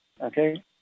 Okay